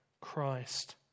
Christ